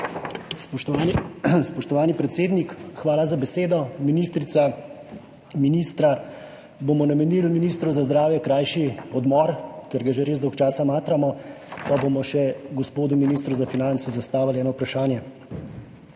Spoštovani predsednik, hvala za besedo. Ministrica, ministra! Ministru za zdravje bomo namenili krajši odmor, ker ga že res dolgo časa matramo, pa bomo še gospodu ministru za finance zastavili eno vprašanje.